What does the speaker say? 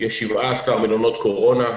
ויש 17 מלונות קורונה.